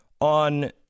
on